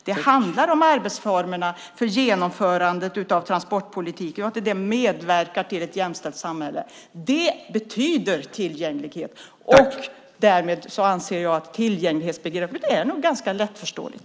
Det handlar om arbetsformerna för genomförandet av transportpolitiken, och det medverkar till ett jämställt samhälle. Det betyder tillgänglighet. Därmed anser jag att tillgänglighetsbegreppet nog är ganska lättförståeligt.